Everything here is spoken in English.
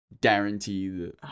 guaranteed